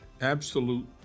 Absolute